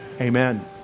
amen